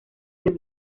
del